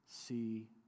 see